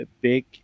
big